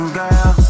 girl